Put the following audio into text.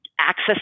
access